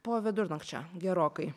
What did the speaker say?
po vidurnakčio gerokai